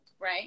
right